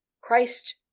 Christ